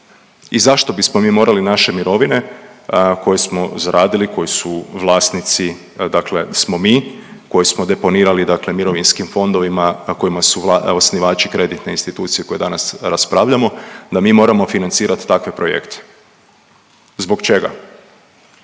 I zašto bismo mi morali naše mirovine koje smo zaradili koje su vlasnici dakle smo mi koje smo deponirali mirovinskim fondovima kojima su osnivači kreditne institucije koje danas raspravljamo da mi moramo financirat takve projekte? Zbog čega?